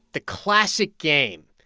the classic game.